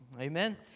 Amen